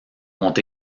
ont